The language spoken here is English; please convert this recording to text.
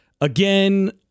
Again